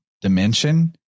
dimension